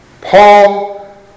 Paul